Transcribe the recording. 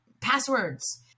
Passwords